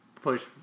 push